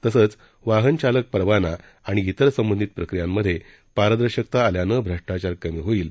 तसंच वाहन चालक परवाना आणि इतर संबंधित प्रक्रियांमध्ये पारदर्शकता आल्यानं भ्रष्टाचार कमी होईल